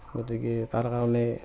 গতিকে তাৰ কাৰণে